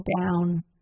down